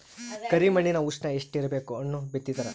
ಕರಿ ಮಣ್ಣಿನ ಉಷ್ಣ ಎಷ್ಟ ಇರಬೇಕು ಹಣ್ಣು ಬಿತ್ತಿದರ?